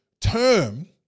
term